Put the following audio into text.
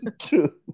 True